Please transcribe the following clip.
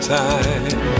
time